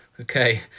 Okay